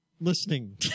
Listening